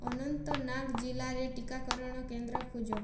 ଅନନ୍ତନାଗ ଜିଲ୍ଲାରେ ଟିକାକରଣ କେନ୍ଦ୍ର ଖୋଜ